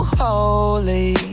holy